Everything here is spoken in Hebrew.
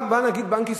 בא נגיד בנק ישראל,